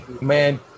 Man